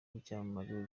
w’icyamamare